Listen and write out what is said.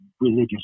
religious